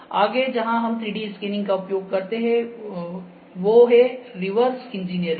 आगे जहां हम 3Dस्कैनिंग का उपयोग करते है वो है रिवर्स इंजीनियरिंग